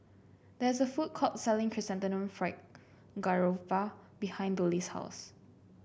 there is a food court selling Chrysanthemum Fried Garoupa behind Dollie's house